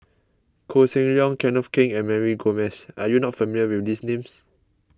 Koh Seng Leong Kenneth Keng and Mary Gomes are you not familiar with these names